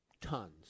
tons